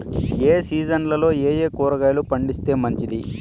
ఏ సీజన్లలో ఏయే కూరగాయలు పండిస్తే మంచిది